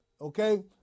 okay